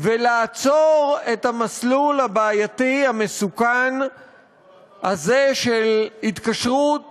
ולעצור את המסלול הבעייתי והמסוכן הזה של התקשרות